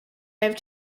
have